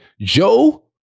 Joe